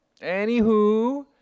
Anywho